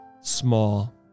small